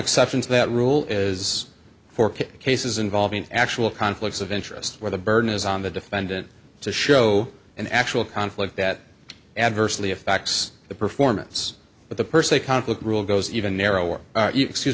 exception to that rule is for cases involving actual conflicts of interest where the burden is on the defendant to show an actual conflict that adversely affects the performance but the per se conflict rule goes even narrower excuse